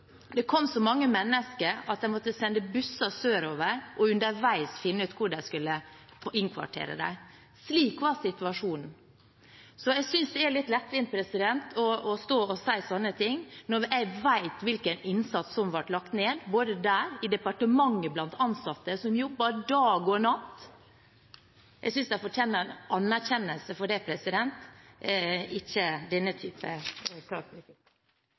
Det kom så mange mennesker at de måtte sende busser sørover og underveis finne ut hvor de skulle innkvartere dem. Slik var situasjonen. Jeg synes det er litt lettvint å stå og si sånne ting når jeg vet hvilken innsats som ble lagt ned, både der og blant ansatte i departementet, som jobbet dag og natt. Jeg synes de fortjener en anerkjennelse for det, ikke denne typen karakteristikk. Fleire har ikkje bedt om ordet til sak